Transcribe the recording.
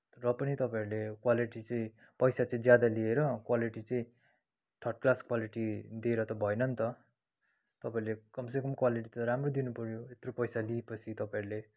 र पनि तपाईँहरूले क्वालिटी चाहिँ पैसा चाहिँ ज्यादा लिएर क्वालिटी चाहिँ थर्ड क्लास क्वालिटी दिएर त भएन नि त तपाईँले कमसेकम क्वालिटी त राम्रो दिनुपऱ्यो यत्रो पैसा लिएपछि तपाईँहरूले